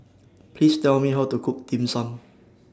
Please Tell Me How to Cook Dim Sum